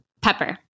Pepper